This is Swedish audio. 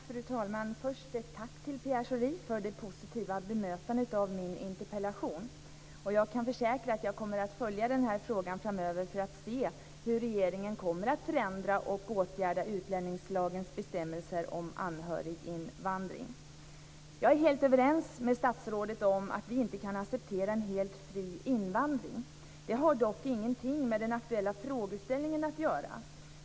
Fru talman! Först ett tack till Pierre Schori för det positiva bemötandet av min interpellation. Jag kan försäkra att jag kommer att följa den här frågan framöver för att se hur regeringen kommer att förändra och åtgärda utlänningslagens bestämmelser om anhöriginvandring. Jag är helt överens med statsrådet om att vi inte kan acceptera en helt fri invandring. Det har dock ingenting med den aktuella frågeställningen att göra.